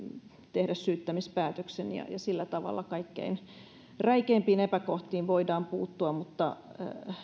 tehdä syyttämispäätöksen ja ja sillä tavalla kaikkein räikeimpiin epäkohtiin voidaan puuttua mutta